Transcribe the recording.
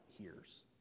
hears